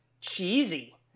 cheesy